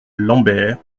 lambert